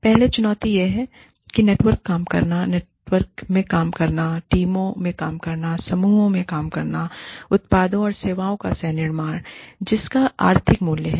पहली चुनौती यह है कि नेटवर्क काम करना नेटवर्क में काम करना टीमों में काम करना समूहों में काम करना उत्पादों और सेवाओं का सह निर्माण है जिसका आर्थिक मूल्य है